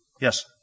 Yes